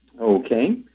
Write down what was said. Okay